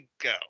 go